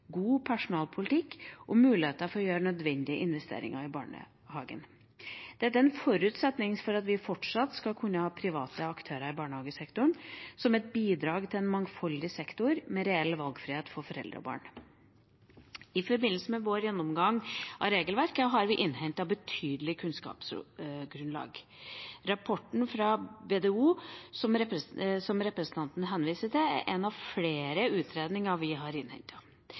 god personalpolitikk og muligheter til å gjøre nødvendige investeringer i barnehagen. Dette er en forutsetning for at vi fortsatt skal kunne ha private aktører i barnehagesektoren, som et bidrag til en mangfoldig sektor med reell valgfrihet for foreldre og barn. I forbindelse med vår gjennomgang av regelverket har vi innhentet et betydelig kunnskapsgrunnlag. Rapporten fra BDO, som representanten henviser til, er en av flere utredninger vi har